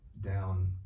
down